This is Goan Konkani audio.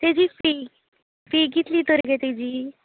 ताजी फी फी कितली तर गे ताजी